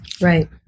Right